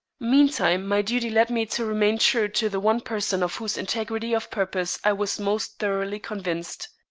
meantime my duty led me to remain true to the one person of whose integrity of purpose i was most thoroughly convinced.